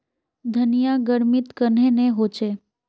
धनिया गर्मित कन्हे ने होचे?